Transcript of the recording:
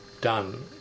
done